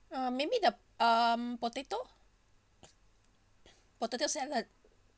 uh maybe the um potato potato salad